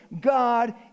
God